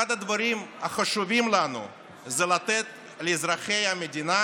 אחד הדברים החשובים לנו הוא לתת לאזרחי המדינה